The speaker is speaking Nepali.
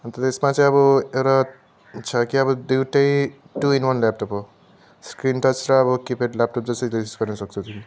अन्त त्यसमा चाहिँ अब एउटा छ कि अब दुइटै टू इन वान ल्यापटप हो स्क्रिनटच र अब किप्याड ल्यापटप जस्तै युस गर्न सक्छौ तिमी